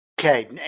Okay